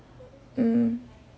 mm